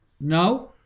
no